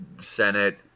Senate